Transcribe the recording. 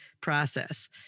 process